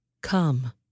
Come